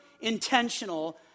intentional